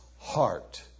heart